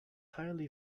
highly